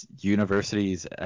universities